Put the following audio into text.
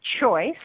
choice